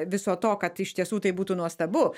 viso to kad iš tiesų tai būtų nuostabu